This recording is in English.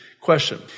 Question